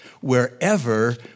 wherever